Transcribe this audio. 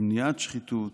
למניעת שחיתות.